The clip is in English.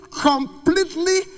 completely